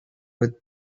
with